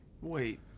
Wait